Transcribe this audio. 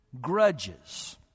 grudges